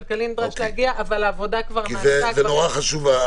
הכשרה --- רגע.